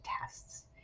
tests